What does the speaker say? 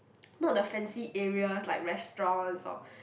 not the fancy area like restaurants or